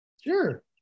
Sure